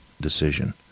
decision